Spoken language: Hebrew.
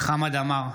חמד עמאר,